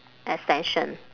extension